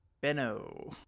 Benno